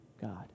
God